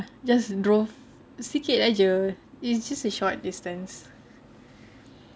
ya just drove sikit jer it's just a short distance